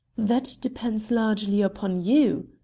that depends largely upon you,